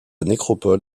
nécropole